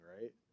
right